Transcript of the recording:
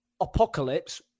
apocalypse